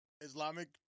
Islamic